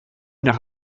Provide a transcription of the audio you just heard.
nach